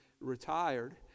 retired